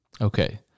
Okay